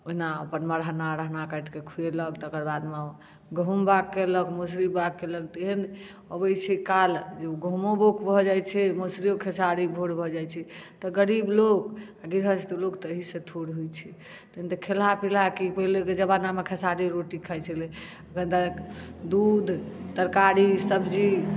ओहिना अपन मरहना अरहना काटि कऽ खुएलक तकर बादमे गहुँम बाग केलक तऽ मसुरी बाग केलक तेहन अबैत छै काल जे ओ गहुँमो बौग भऽ जाइत छै मसुरिओ खेसारी भोर भऽ जाइत छै तऽ गरीब लोग गृहस्थ लोक तऽ एहीसँ होइत छै खेलहा पिलहा की पहिलेके जमानामे खेसारी रोटी खाइत छलै एखन दूध तरकारी सब्जी